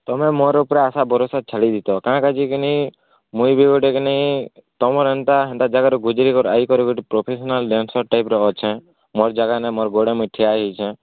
ତୁମେ ମୋର ଉପରେ ଆଶା ଭରଷା ଛାଡ଼ି ଦେଇଥାଅ କାଁ କାଁ ଯେ କିନି ମୁଇଁ ବି ଗୋଟେ କିନି ଏନ୍ତା ଜାଗାରେ ବିଜୁଳି କର ଆଇ କର ପ୍ରଫେସନାଲ୍ ଡାନ୍ସର ଟାଇପର ଅଛେ ମୋର ଜାଗା ନାହିଁ ମୋ ନିଜ ଗୋଡ଼ରେ ମୁଁ ଠିଆ ହେଇଛେଁ